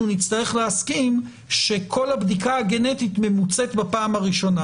נצטרך להסכים שכל הבדיקה הגנטית ממוצה בפעם הראשונה,